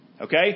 Okay